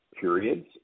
periods